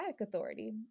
authority